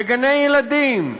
בגני-ילדים,